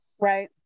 right